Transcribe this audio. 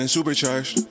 Supercharged